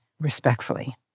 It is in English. respectfully